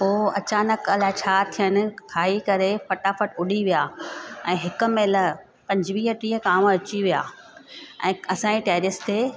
पोइ अचानक अलाए छा थियुनि खाई करे फटाफट उॾी विया ऐं हिक महिल पंजवीह टीह कांव अची विया ऐं असांजे टेरेस ते